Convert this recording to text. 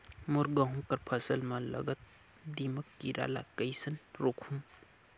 मोर गहूं कर फसल म लगल दीमक कीरा ला कइसन रोकहू?